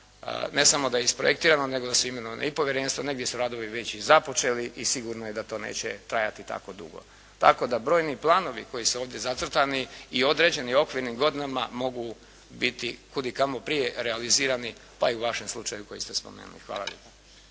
ne samo da je isprojektirano nego da su imenovana i povjerenstva, negdje bi se radovi već i započeli i sigurno je da to neće trajati tako dugo. Tako da brojni planovi koju su ovdje zacrtani i određeni okvirnim godinama mogu biti kud i kamo prije realizirani, pa i u vašem slučaju koji ste spomenuli. Hvala lijepa.